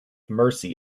mercy